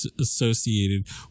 associated